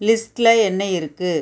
லிஸ்ட்டில் என்ன இருக்குது